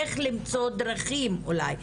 איך למצוא דרכים אולי,